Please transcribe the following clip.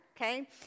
okay